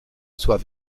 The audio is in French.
soit